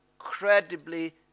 incredibly